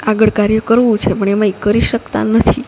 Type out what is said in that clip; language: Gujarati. આગળ કાર્ય કરવું છે પણ એમાં ઈ કરી શકતા નથી